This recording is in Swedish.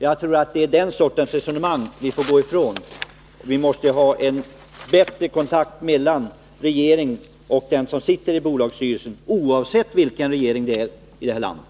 Jag tror att det är den sortens resonemang vi får försöka att gå ifrån. Vi måste ha en bättre kontakt mellan regeringen och den som sitter i en bolagsstyrelse — oavsett vilken regering det är i det här landet.